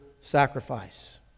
sacrifice